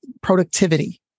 productivity